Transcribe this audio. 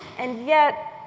and yet,